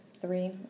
three